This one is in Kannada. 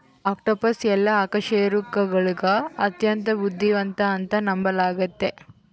ಆಕ್ಟೋಪಸ್ ಎಲ್ಲಾ ಅಕಶೇರುಕಗುಳಗ ಅತ್ಯಂತ ಬುದ್ಧಿವಂತ ಅಂತ ನಂಬಲಾಗಿತೆ